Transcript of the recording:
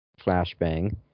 flashbang